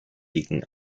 liegen